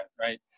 right